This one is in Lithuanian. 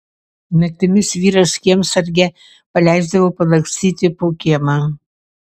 naktimis vyras kiemsargę paleisdavo palakstyti po kiemą